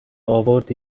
آوردی